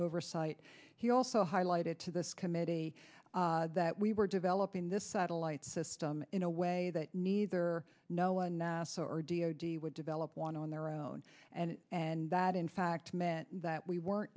oversight he also highlighted to this committee that we were developing this satellite system in a way that neither no one nasa or d o d would develop one on their own and and that in fact met that we weren't